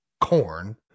corn